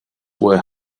were